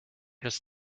just